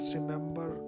remember